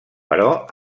però